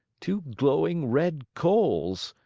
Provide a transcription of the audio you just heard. two glowing red coals.